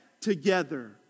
together